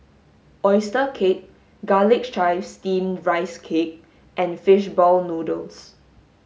oyster cake garlic chives steamed rice cake and fish ball noodles